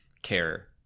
care